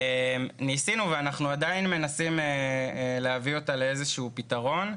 ניסינו ואנחנו עדיין מנסים להביא אותה לפתרון.